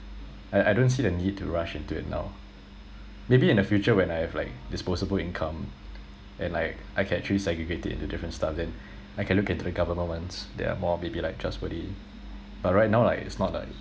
and I don't see the need to rush into it now maybe in the future when I have like disposable income and like I can actually segregate it into different stuff then I can look into the government ones that are more maybe like trustworthy but right now like it's not like